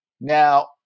Now